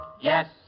Yes